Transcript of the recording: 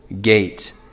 gate